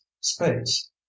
space